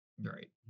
Right